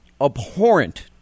abhorrent